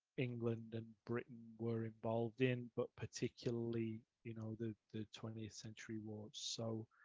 england and britain were involved in, but particularly, you know, the the twentieth century was so